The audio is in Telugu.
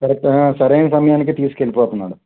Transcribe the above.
కరెక్ట్ సరైన సమయానికి తీసుకు వెళ్ళి పోతున్నాడు